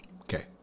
Okay